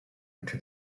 into